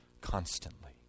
constantly